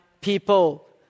people